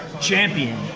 champion